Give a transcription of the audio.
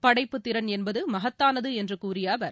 படைப்பு திறன் என்பதுமகத்தானதுஎன்றுகூறியஅவர்